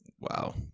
Wow